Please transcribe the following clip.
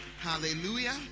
Hallelujah